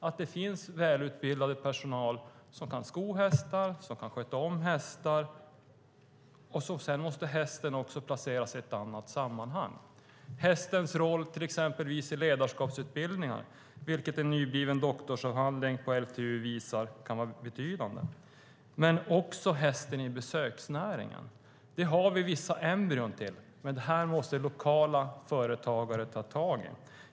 Det måste finnas välutbildad personal som kan sko hästar och sköta om hästar. Hästen måste också placeras i ett annat sammanhang. Det gäller till exempel hästens roll i ledarskapsutbildningar. En nyutkommen doktorsavhandling på LTU visar att den kan vara betydande. Det gäller också hästens roll i besöksnäringen. Det finns vissa embryon till detta, men det måste lokala företagare ta tag i.